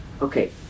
Okay